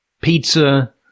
pizza